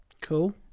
cool